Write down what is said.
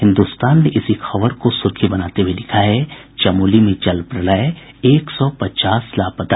हिन्दुस्तान ने इसी खबर को सुर्खी बनाते हुये लिखा है चमोली में जल प्रलय एक सौ पचास लापता